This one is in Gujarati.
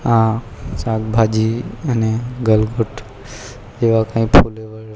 આ શાકભાજી અને ગલગોટો જેવા કંઈ ફૂલો